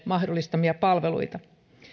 mahdollistamia palveluita